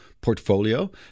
portfolio